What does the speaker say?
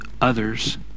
others